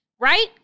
right